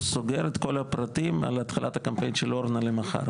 הוא סוגר את כל הפרטים על התחלת הקמפיין של אורנה למחר,